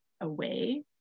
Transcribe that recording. away